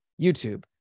YouTube